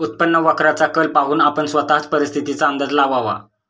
उत्पन्न वक्राचा कल पाहून आपण स्वतःच परिस्थितीचा अंदाज लावावा